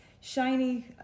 shiny